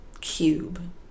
Cube